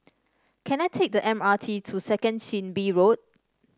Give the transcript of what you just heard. can I take the M R T to Second Chin Bee Road